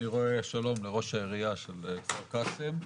שלום לראש העירייה של כפר קאסם.